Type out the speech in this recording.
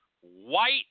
white